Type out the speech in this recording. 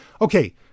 Okay